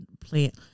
plant